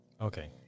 Okay